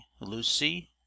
Lucy